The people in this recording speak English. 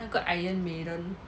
那个 iron maiden